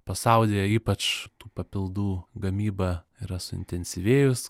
pasaulyje ypač tų papildų gamyba yra suintensyvėjus